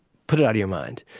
put it out of your mind.